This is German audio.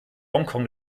hongkong